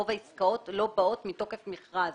רוב העסקאות לא באות מתוקף מכרז.